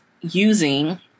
using